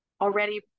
already